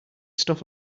stuff